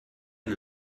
and